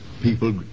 people